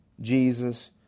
Jesus